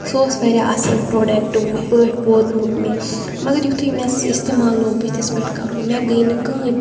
سُہ اوس واریاہ اَصٕل پرٛوڈَکٹ پٲٹھۍ ووتمُت مےٚ مگر یُتھُے مےٚ سُہ اِستعمال لوٚگ بٕتھِس پٮ۪ٹھ کَرُن مےٚ گٔے نہٕ کٕہۭنۍ